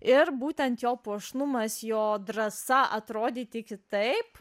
ir būtent jo puošnumas jo drąsa atrodyti kitaip